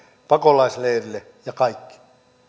pakolaisleireille kaikki